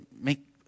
make